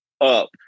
up